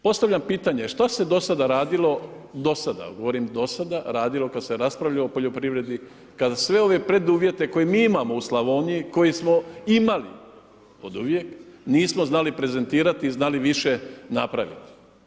Postavljam pitanje šta se do sada radilo, do sada, govorim do sada radilo kada se raspravljalo o poljoprivredi kada sve ove preduvjete koje mi imamo u Slavoniji koje smo imali oduvijek nismo znali prezentirati i znali više napraviti.